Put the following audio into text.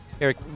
Eric